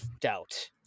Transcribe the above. doubt